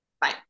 Bye